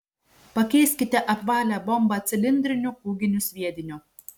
pakeiskite apvalią bombą cilindriniu kūginiu sviediniu